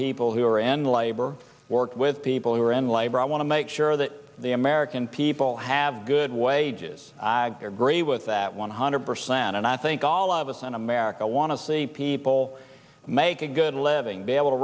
people who are in labor work with people who are in labor i want to make sure that the american people have good wages i agree with that one hundred percent and i think all of us in america want to see people make a good living be able to